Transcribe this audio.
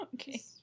Okay